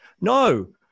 No